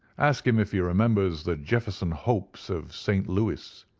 ask him if he remembers the jefferson hopes of st. louis.